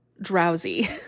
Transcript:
drowsy